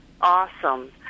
Awesome